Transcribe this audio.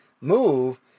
move